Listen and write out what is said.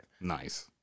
Nice